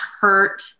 hurt